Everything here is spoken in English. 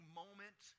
moment